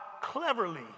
cleverly